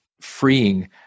freeing